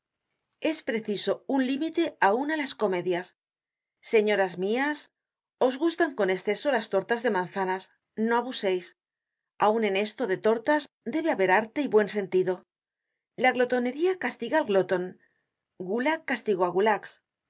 es preciso un límite aun á las comedias señoras mias os gustan con esceso las tortas de manzanas no abuseis aun en esto de tortas debe haber arte y buen sentido la glotonería castiga al gloton gula castigó á gulax